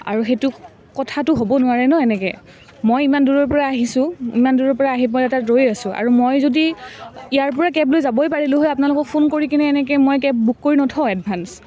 আৰু সেইটো কথাটো হ'ব নোৱাৰে ন' এনেকৈ মই ইমান দূৰৈৰ পৰা আহিছোঁ ইমান দূৰৰ পৰা আহি মই তাত ৰৈ আছোঁ আৰু মই যদি ইয়াৰ পৰা কেব লৈ যাবই পাৰিলোঁ হয় আপোনলোকক ফোন কৰিকেনে এনেকৈ কেব বুক কৰি নথওঁ এডভাঞ্চ